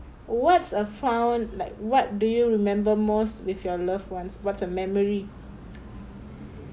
what's a fond like what do you remember most with your loved ones what's a memory